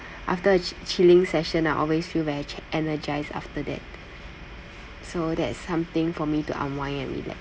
after a chi~ chilling session I'll always feel very ch~ energised after that so that is something for me to unwind and relax